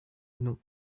non